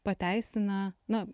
pateisina na